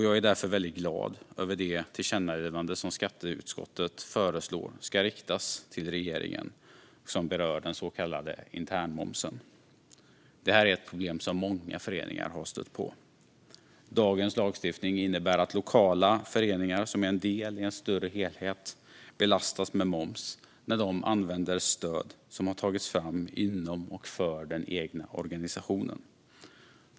Jag är därför väldigt glad över det tillkännagivande som skatteutskottet föreslår ska riktas till regeringen och som berör den så kallade internmomsen. Detta är ett problem som många föreningar har stött på. Dagens lagstiftning innebär att lokala föreningar som är del i en större helhet belastas med moms när de använder stöd som har tagits fram inom och för den egna organisationen.